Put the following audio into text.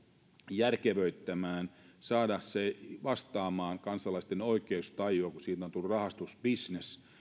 järkevöittämään saada se vastaamaan kansalaisten oikeustajua kun siitä on tullut rahastusbisnes